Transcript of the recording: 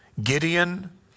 Gideon